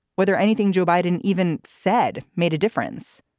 whether anything joe biden even said made a difference.